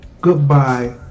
Goodbye